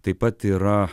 taip pat yra